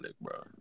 bro